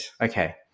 Okay